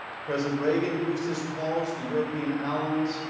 president reagan used his calls to european allies,